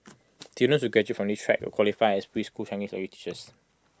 students graduate from this track will qualify as preschool Chinese language teachers